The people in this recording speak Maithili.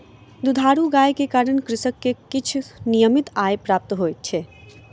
दुधारू गाय के कारण कृषक के किछ नियमित आय प्राप्त होइत अछि